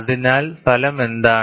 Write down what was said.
അതിനാൽ ഫലം എന്താണ്